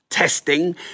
Testing